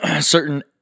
certain